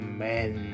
men